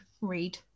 read